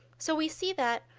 so we see that,